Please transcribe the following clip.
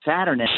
Saturn